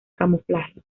camuflaje